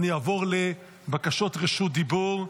אני אעבור לבקשות רשות דיבור.